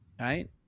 Right